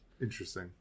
Interesting